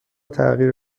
تغییر